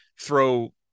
throw